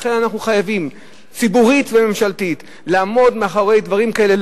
לכן אנחנו חייבים ציבורית וממשלתית לעמוד מאחורי דברים כאלה,